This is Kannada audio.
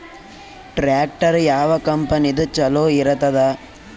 ಟ್ಟ್ರ್ಯಾಕ್ಟರ್ ಯಾವ ಕಂಪನಿದು ಚಲೋ ಇರತದ?